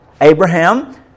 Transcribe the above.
Abraham